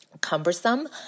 cumbersome